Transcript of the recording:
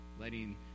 letting